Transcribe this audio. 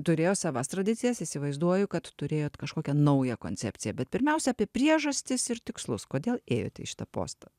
turėjo savas tradicijas įsivaizduoju kad turėjot kažkokią naują koncepciją bet pirmiausia apie priežastis ir tikslus kodėl ėjot į šitą postą